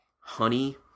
Honey